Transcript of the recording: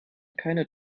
keine